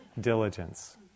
diligence